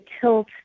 tilt